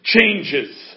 changes